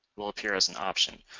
will appear as an option.